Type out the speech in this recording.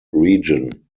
region